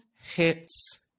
hits